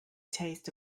taste